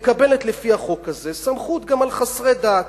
מקבלת לפי החוק הזה סמכות גם על חסרי דת,